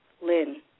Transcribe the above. Lynn